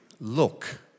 Look